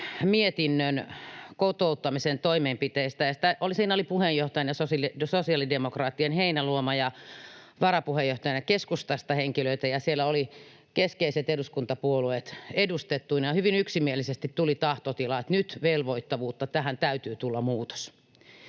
mietinnön kotouttamisen toimenpiteistä. Siinä oli puheenjohtajana sosiaalidemokraattien Heinäluoma ja varapuheenjohtajana keskustasta henkilöitä, ja siellä olivat keskeiset eduskuntapuolueet edustettuina, ja hyvin yksimielisesti tuli tahtotila, että nyt velvoittavuutta, tähän täytyy tulla muutos.